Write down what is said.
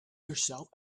herself